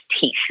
teeth